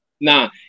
nah